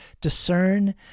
discern